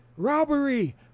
Robbery